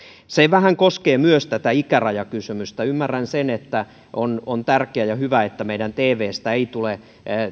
se koskee vähän myös tätä ikärajakysymystä ymmärrän sen että on on tärkeää ja hyvä että meidän tvstä ei tule